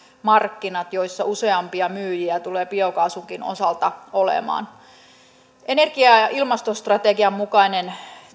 markkinat joilla useampia myyjiä tulee biokaasunkin osalta olemaan tämä laki on energia ja ilmastostrategian mukainen